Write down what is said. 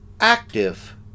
active